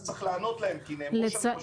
צריך לענות להם כי נאמרו שם דברים שהם פשוט